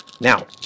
Now